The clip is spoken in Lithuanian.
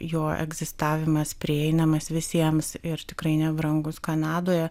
jo egzistavimas prieinamas visiems ir tikrai nebrangus kanadoje